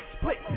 split